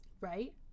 right